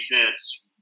defense